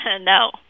No